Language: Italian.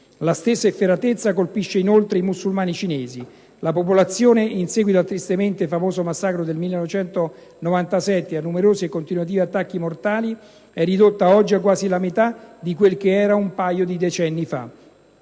La stessa efferatezza colpisce inoltre i musulmani cinesi. La popolazione, in seguito al tristemente famoso massacro del 1997 e a numerosi e continuativi attacchi mortali, è ridotta oggi quasi alla metà di quel che era un paio di decenni fa.